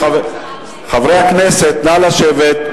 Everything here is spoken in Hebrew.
חברי הכנסת, נא לשבת.